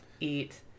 eat